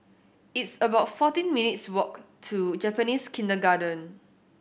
it's about fourteen minutes' walk to Japanese Kindergarten